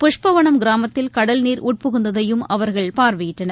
புஷ்பவனம் கிராமத்தில் கடல்நீர் உட்புகுந்ததையும் அவர்கள் பார்வையிட்டனர்